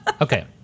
Okay